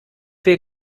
wir